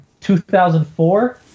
2004